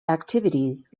activities